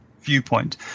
viewpoint